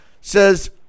says